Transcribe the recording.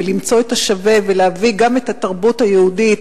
למצוא את השווה ולהביא גם את התרבות היהודית,